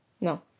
No